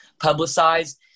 publicized